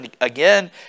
again